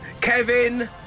Kevin